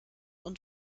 und